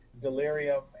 delirium